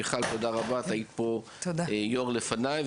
מיכל, תודה רבה, את היית פה יו"ר לפניי.